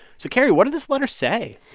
so, carrie, what did this letter say?